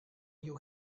you